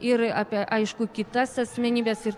ir apie aišku kitas asmenybes ir